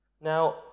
Now